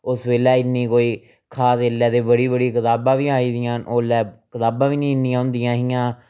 उस बेल्लै इन्नी कोई खास एल्लै ते बड़ी बड़ी कताबां बी आई दियां न ओल्लै कताबां बी निं इन्नियां होंदियां हियां